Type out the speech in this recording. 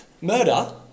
murder